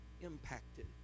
impacted